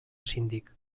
síndic